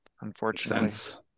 unfortunately